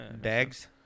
Dags